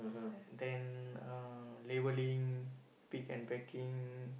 then uh labelling pick and packing